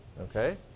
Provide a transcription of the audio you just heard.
Okay